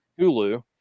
Hulu